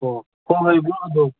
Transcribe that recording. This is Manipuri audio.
ꯍꯣꯍꯣꯏ ꯍꯣꯍꯣꯏ ꯕ꯭ꯔꯣ ꯑꯗꯣ